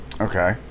Okay